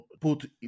put